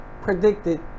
predicted